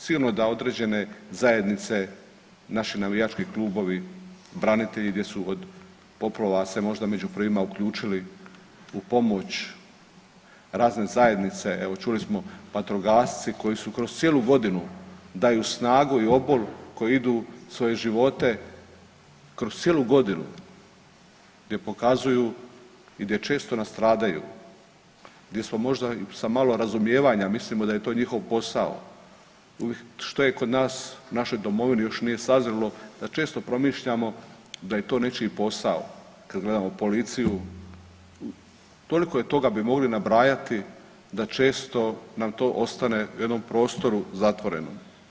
Sigurno da određene zajednice naši navijački klubovi, branitelji gdje su od poplava se možda među prvima uključili u pomoć, razne zajednice evo čuli smo vatrogasci koji su kroz cijelu godinu daju snagu i obol koji idu svoje živote kroz cijelu godinu gdje pokazuju i gdje često nastradaju gdje smo možda sa malo razumijevanja, mislimo da je to njihov posao što je kod nas u našoj domovini još nije sazrelo da često promišljamo da je to nečiji posao, kad gledamo policiju, toliko toga bi mogli nabrajati da često nam to ostane u jednom prostoru zatvorenom.